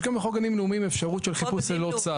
יש גם בחוק גנים לאומיים של חיפוש ללא צו.